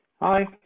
Hi